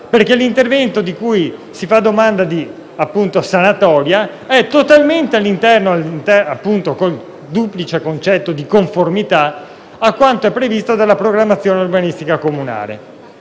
perché l’intervento per cui si fa domanda è totalmente all’interno, con il duplice concetto di conformità, di quanto previsto dalla programmazione urbanistica comunale.